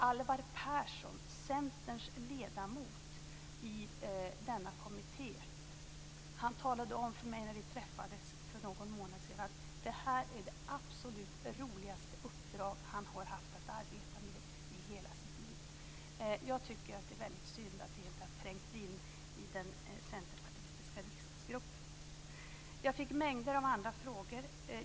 Alvar Persson, Centerns ledamot i denna kommitté, talade om för mig när vi träffades för någon månad sedan att det här är det absolut roligaste uppdrag han har haft att arbeta med i hela sitt liv. Jag tycker att det är väldigt synd att det inte har trängt in i den centerpartistiska riksdagsgruppen. Jag fick mängder av andra frågor.